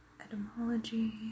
etymology